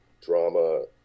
drama